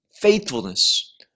faithfulness